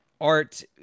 art